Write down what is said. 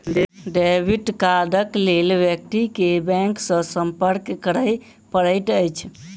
debit कार्डक लेल व्यक्ति के बैंक सॅ संपर्क करय पड़ैत अछि